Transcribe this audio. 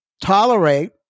tolerate